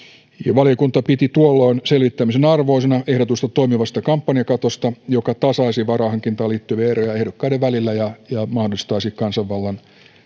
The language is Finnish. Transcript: valiokunta piti tuolloin selvittämisen arvoisena ehdotusta toimivasta kampanjakatosta joka tasaisi varainhankintaan liittyviä eroja ehdokkaiden välillä ja ja mahdollistaisi kansanvallan